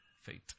faith